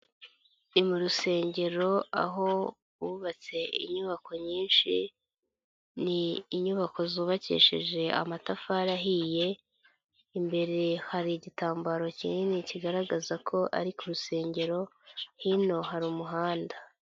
Ni mu rusengero, aho bubatse inyubako nyinshi, ni inyubako zubakishije amatafari ahiye, imbere hari igitambaro kinini kigaragaza ko ari ku rusengero, hino hari umuhanda.